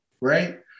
right